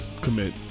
commit